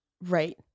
Right